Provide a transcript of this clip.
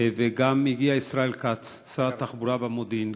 והגיע ישראל כץ, שר התחבורה והמודיעין.